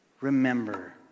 remember